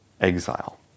exile